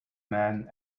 man